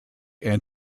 and